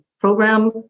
program